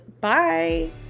Bye